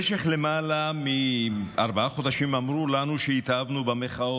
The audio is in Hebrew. במשך למעלה מארבעה חודשים אמרו לנו שהתאהבנו במחאות,